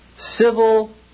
civil